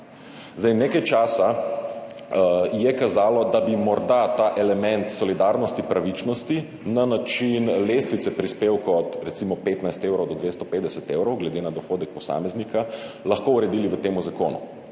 Zdaj nekaj časa je kazalo, da bi morda ta element solidarnosti, pravičnosti na način lestvice prispevkov od recimo 15 evrov do 250 evrov glede na dohodek posameznika lahko uredili v tem zakonu,